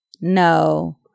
no